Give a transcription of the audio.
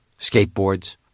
skateboards